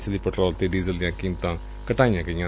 ਇਸ ਲਈ ਪੈਟਰੋਲ ਤੇ ਡੀਜ਼ਲ ਦੀਆਂ ਕੀਮਤਾਂ ਘਟਾਈਆਂ ਗਈਆਂ